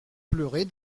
pleurer